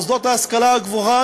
מוסדות להשכלה הגבוהה,